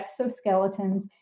exoskeletons